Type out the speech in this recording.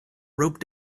rope